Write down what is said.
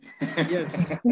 Yes